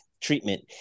treatment